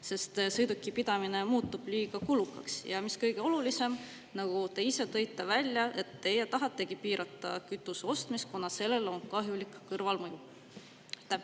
sest sõiduki pidamine muutub liiga kulukaks. Ja mis kõige olulisem – te ise tõite välja, et teie tahategi piirata kütuse ostmist, kuna sellel on kahjulik kõrvalmõju.